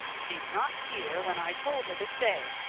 she's not here when i told her to stay,